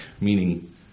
meaning